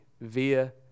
via